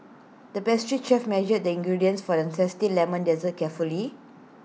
the pastry chef measured the ingredients for A Zesty Lemon Dessert carefully